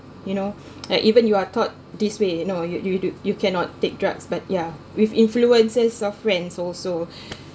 you know like even you are taught this way no you you do you cannot take drugs but yeah with influences of friends also